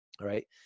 right